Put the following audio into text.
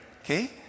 Okay